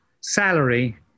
salary